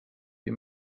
wir